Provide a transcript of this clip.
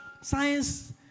science